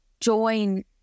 join